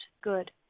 good